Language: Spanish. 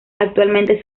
actualmente